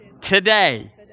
Today